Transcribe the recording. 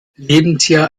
lebensjahr